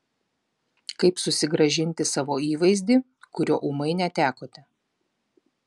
kaip susigrąžinti savo įvaizdį kurio ūmai netekote